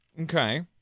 Okay